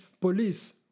police